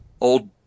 old